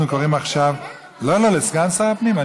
אנחנו קוראים עכשיו לסגן שר הפנים.